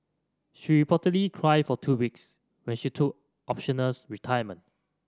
she reportedly cried for two weeks when she took optionals retirement